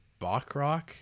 Bachrock